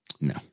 no